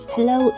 Hello